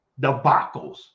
debacles